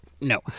no